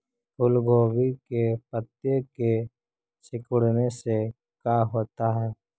फूल गोभी के पत्ते के सिकुड़ने से का होता है?